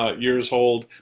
ah years old.